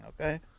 okay